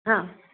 हां